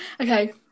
Okay